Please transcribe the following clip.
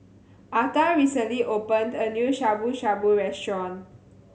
Arta recently opened a new Shabu Shabu Restaurant